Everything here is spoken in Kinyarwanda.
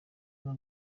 n’u